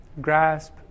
grasp